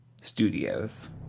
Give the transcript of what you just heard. Studios